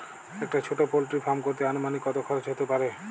একটা ছোটো poultry farm করতে আনুমানিক কত খরচ কত হতে পারে?